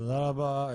תודה רבה.